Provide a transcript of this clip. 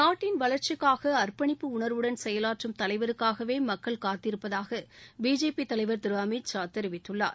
நாட்டின் வளர்ச்சிக்காக செயலாற்றும் தலைவருக்காகவே மக்கள் காத்திருப்பதாக பிஜேபி தலைவர் திரு அமித்ஷா தெரிவித்துள்ளார்